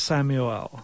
Samuel